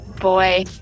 boy